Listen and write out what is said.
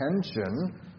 attention